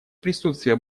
присутствие